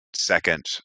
second